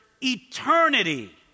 eternity